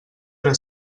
era